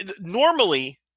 normally